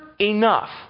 enough